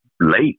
late